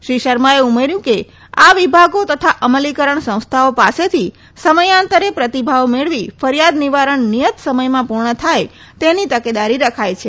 શ્રી શર્માએ ઉમેર્યુ કે આ વિભાગો તથા અમલીકરણ સંસ્થાઓ પસેથી સમયાંતરે પ્રતિભાવ મેળવી ફરીયાદ નિવારણ નિયત સમયમાં પુર્ણ થાય તેની તકેદારી રખાય છે